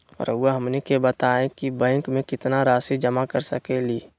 रहुआ हमनी के बताएं कि बैंक में कितना रासि जमा कर सके ली?